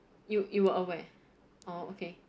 you you were aware oh okay